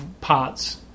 parts